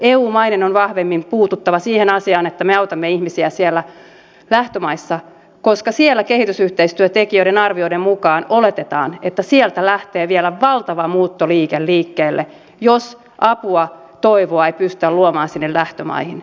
eu maiden on vahvemmin puututtava siihen asiaan että me autamme ihmisiä siellä lähtömaissa koska kehitysyhteistyön tekijöiden arvioiden mukaan oletetaan että sieltä lähtee vielä valtava muuttoliike liikkeelle jos apua toivoa ei pystytä luomaan sinne lähtömaihin